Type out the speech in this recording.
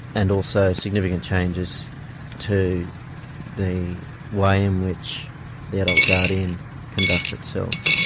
and also significant changes to the way in which the adult guardian conducts itself.